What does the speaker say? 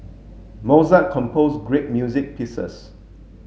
Mozart composed great music pieces